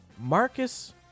Marcus